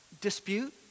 dispute